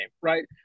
right